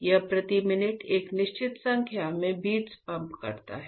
यह प्रति मिनट एक निश्चित संख्या में बीट्स पंप करता है